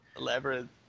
Labyrinth